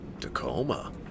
Tacoma